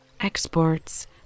exports